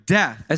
death